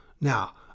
Now